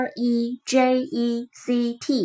Reject